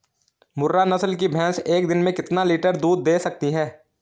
मुर्रा नस्ल की भैंस एक दिन में कितना लीटर दूध दें सकती है?